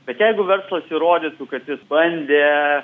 bet jeigu verslas įrodytų kad jis bandė